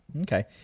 Okay